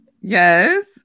Yes